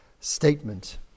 statement